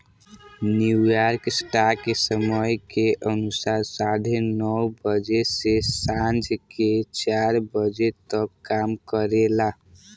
New York stock समय के अनुसार साढ़े नौ बजे से सांझ के चार बजे तक काम करेला